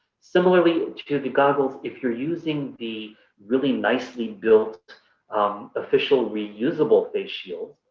similarly to the goggles, if you're using the really nicely built official reusable face shields,